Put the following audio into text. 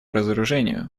разоружению